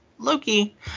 Loki